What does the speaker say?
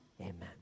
amen